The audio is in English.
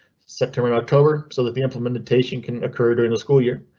september, october, so that the implementation can occur during the school year.